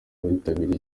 bitabiriye